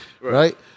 Right